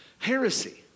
Heresy